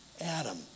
Adam